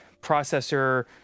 processor